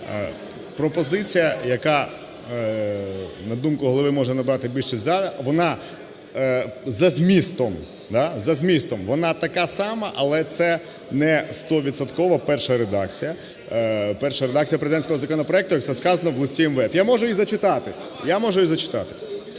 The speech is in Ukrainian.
Пропозиція, яка, на думку Голови, може набрати більшість в залі, вона за змістом, за змістом вона така сама, але це не стовідсотково перша редакція президентського законопроекту, як це сказано в листі МВФ. Я можу її зачитати,